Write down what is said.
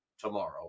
tomorrow